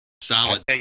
solid